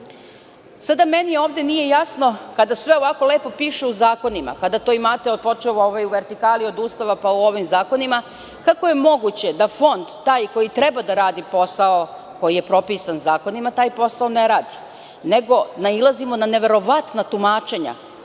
lica. Sada meni ovde nije jasno, kada sve ovako lepo piše u zakonima, kada to imate počev u vertikali od Ustava, pa u ovim zakonima, kako je moguće da Fond, taj koji treba da radi posao koji je propisan zakonima, taj posao ne radi, nego nailazimo na neverovatna tumačenja